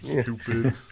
Stupid